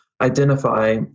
identify